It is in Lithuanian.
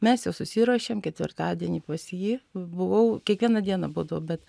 mes jau susiruošėm ketvirtadienį pas jį buvau kiekvieną dieną būdavau bet